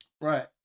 Right